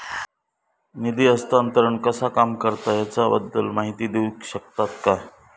निधी हस्तांतरण कसा काम करता ह्याच्या बद्दल माहिती दिउक शकतात काय?